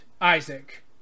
Isaac